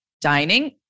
dining